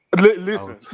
Listen